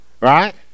right